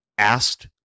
Asked